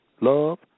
love